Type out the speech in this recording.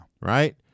Right